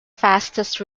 fastest